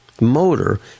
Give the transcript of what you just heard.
motor